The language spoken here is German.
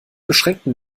beschränkten